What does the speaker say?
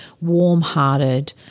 warm-hearted